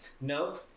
no